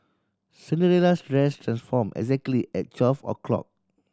Cinderella's dress transform exactly at twelve o'clock